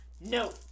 No